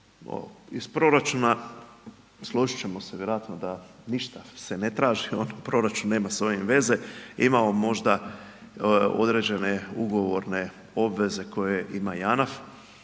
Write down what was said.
iz proračuna, složiti ćemo se vjerojatno da ništa se ne traži, proračun nema s ovim veze, imamo možda određene ugovorne obveze koje ima JANAF,